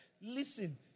Listen